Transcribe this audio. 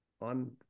on